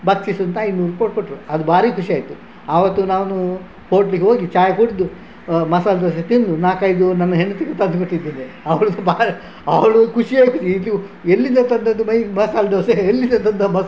ಬಕ್ಷೀಸ್ ಅಂತ ಐನೂರು ರೂಪಾಯಿ ಕೊಟ್ಬಿಟ್ರು ಅದು ಭಾರೀ ಖುಷಿ ಆಯಿತು ಆವತ್ತು ನಾನು ಹೋಟ್ಲಿಗೋಗಿ ಚಾಯ್ ಕುಡಿದು ಮಸಾಲ ದೋಸೆ ತಿಂದು ನಾಲ್ಕೈದು ನನ್ನ ಹೆಂಡತಿಗೂ ತಂದು ಕೊಟ್ಟಿದ್ದೇನೆ ಅವಳು ಭಾಳ ಅವಳು ಖುಷಿಯಾಗಿಸಿ ಇದು ಎಲ್ಲಿಂದ ತಂದದ್ದು ಮೈ ಮಸಾಲ ದೋಸೆ ಎಲ್ಲಿಂದ ತಂದ ಮ